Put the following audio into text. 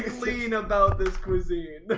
clean about this cuisine but